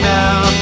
now